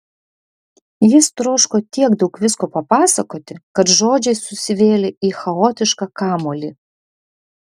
jis troško tiek daug visko papasakoti kad žodžiai susivėlė į chaotišką kamuolį